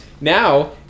Now